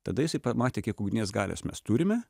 tada jisai pamatė kiek ugnies galios mes turime